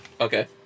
Okay